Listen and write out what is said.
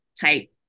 type